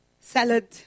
Salad